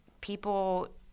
people